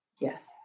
Yes